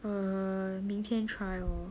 err 明天 try lor